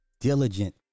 diligent